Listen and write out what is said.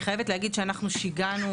אני חייבת להגיד שאנחנו שיגענו,